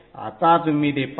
आता तुम्ही ते पहा